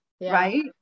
right